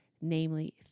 namely